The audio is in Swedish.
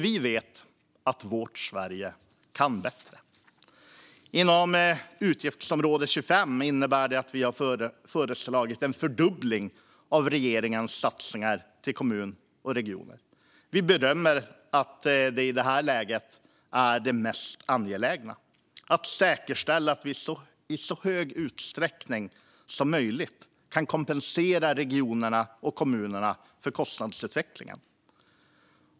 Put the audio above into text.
Vi vet att vårt Sverige kan bättre. Inom utgiftsområde 25 innebär det att vi har föreslagit en fördubbling av regeringens satsningar till kommuner och regioner. Vi bedömer att det i detta läge är mest angeläget att säkerställa att vi i så hög utsträckning som möjligt kan kompensera regionerna och kommunerna för kostnadsutvecklingen.